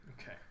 Okay